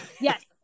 yes